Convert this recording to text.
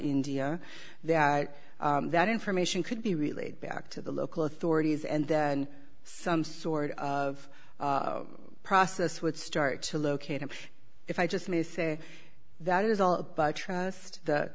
india that that information could be relayed back to the local authorities and then some sort of process would start to locate him if i just